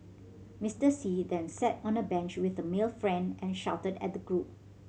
Mister See then sat on a bench with a male friend and shouted at the group